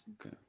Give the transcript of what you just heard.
Okay